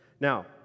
Now